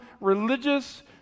religious